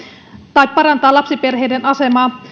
tai parantaa lapsiperheiden asemaa